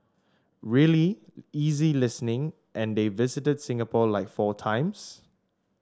really easy listening and they visited Singapore like four times